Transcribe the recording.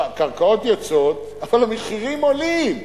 הקרקעות יוצאות, אבל המחירים עולים.